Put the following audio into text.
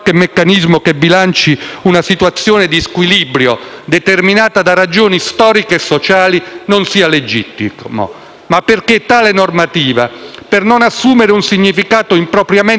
determinata da ragioni storiche e sociali non sia legittimo. Ma perché tale normativa, per non assumere un significato impropriamente corporativo che finisce col danneggiare il merito